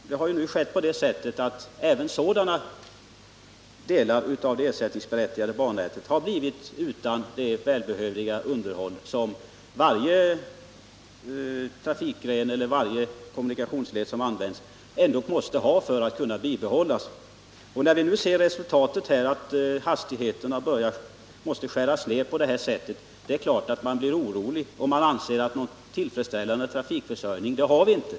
Nu har även sådana delar av det ersättningsberättigade bannätet blivit utan det välbehövliga underhåll som varje kommunikationsled som används ändå måste ha. När vi nu ser som resultat av det bristande underhållet att hastigheten måste skäras ned är det klart att man blir orolig. Man anser att någon tillfredsställande trafikförsörjning har vi inte.